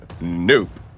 Nope